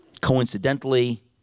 coincidentally